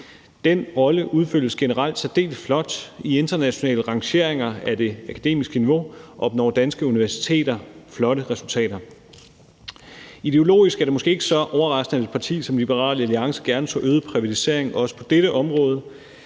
Den rolle udfyldes generelt særdeles flot. I internationale rangeringer af det akademiske niveau opnår danske universiteter flotte resultater. Ideologisk er det måske ikke så overraskende, at et parti som Liberal Alliance gerne ser øget privatisering, også på dette område.